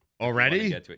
Already